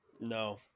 No